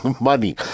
money